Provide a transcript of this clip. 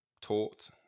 taught